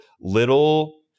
little